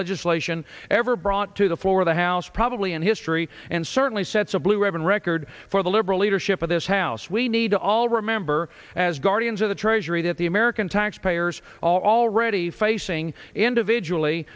legislation ever brought to the floor of the house probably in history and certainly sets a blue ribbon record for the liberal leadership of this house we need to all remember as guardians of the treasury that the american taxpayers already facing individually